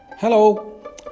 Hello